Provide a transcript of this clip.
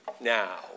now